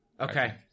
Okay